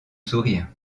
sourire